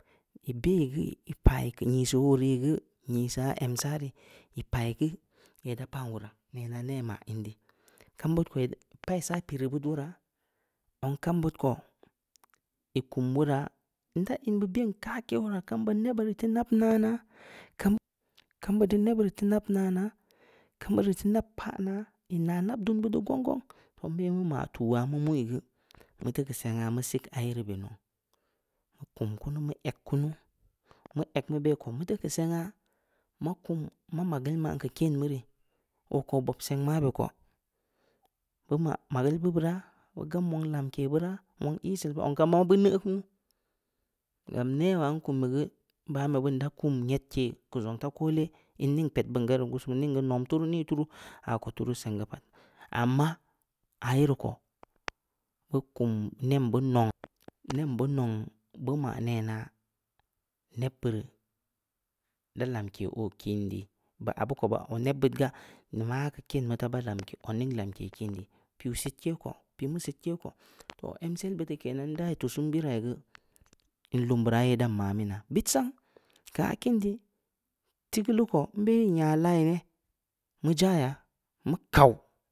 Ii bei geu, ii pai keu nyi o rii geu, nyisa em sa ri, ii pai geu, ii ya ii da pan woraa, nena ne ma in di, kam bud ko pa ii sa piri beud, ong kambud ko, ii kum woraa, nda in beud ben kake woraa, kambeud di nebbud ii teu nab nanna-kambeud di nebbud ii teu nab nanna, kambud ii teu nab paan aa, ii naa nab dun beud di gonggong. Nbe mu ma tuya mu mui geu, mu teu keu sengha mu sik ayeri be nau. Mu kum kunu, mu eg kunu, mu egg mu beyi ko, mu teu keu sengha ma kum, ma mageul mu man keu ken ri mu rii, ooko o bob seng mabe ko. Bu ma mageul bu beura, bu gam wong lamke beura, wong iisel be beura, zong kambeud bu neu kunu. Gam newaa nkummeu geu, banbe bun da kuum nyedke keu zong ta koole, iin ning ped bun ga rii ngussuma, ning geu nom turu, nii turu, aako turu seng geu pat, ammaa, ayeri ko, bu kuum, nem bu nong-nem bu nong, bu maa nenaa nebbeud ii da lamke o kin di, abu ko ba, ah neb bud ga, maa keu ken mu ta, ba lamke, ba odning lamke kin dii. Mu piuu sidke ko, pii mu sidke ko, toh! Emsel bud di kenan. Ndai tusu nbirai geu, in lum beura ye dan maaminnaa. Bid sang, keu aa kin di, tigeulu ko nbe ii nyaa laayi ne, mu ja yaa, mu kau.